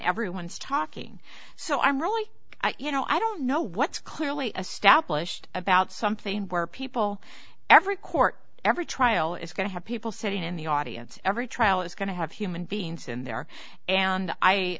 everyone's talking so i'm really you know i don't know what's clearly established about something where people every court every trial is going to have people sitting in the audience every trial is going to have human beings in there and i